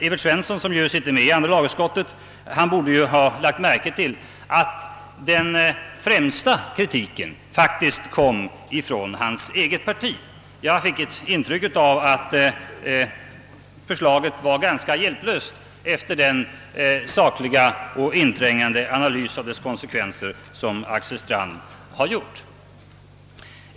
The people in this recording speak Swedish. Evert Svensson, som sitter med i andra lagutskottet, borde ha lagt märke till att den starkaste kritiken faktiskt har kommit från hans eget parti. Jag fick det intrycket att förslaget var ganska hjälplöst efter den sakliga och inträngande analys av dess konsekvenser som Axel Strand gjorde.